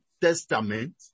Testament